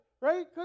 right